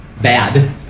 bad